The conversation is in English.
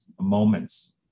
moments